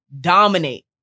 Dominate